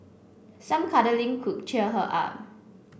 some cuddling could cheer her up